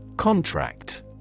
Contract